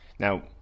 Now